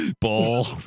Ball